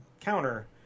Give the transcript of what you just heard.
counter